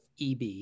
EB